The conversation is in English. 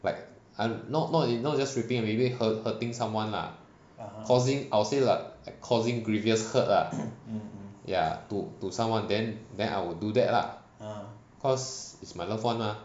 like I'm not not you know just raping maybe hurting someone lah causing I'll say like causing grievous hurt lah ya to to someone then then I will do that lah cause it's my loved one mah